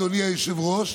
אדוני היושב-ראש,